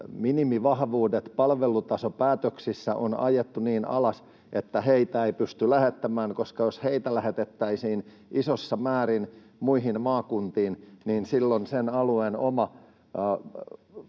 minimivahvuudet palvelutasopäätöksissä on ajettu niin alas, että heitä ei pysty lähettämään, koska jos heitä lähetettäisiin isossa määrin muihin maakuntiin, niin silloin sen alueen oma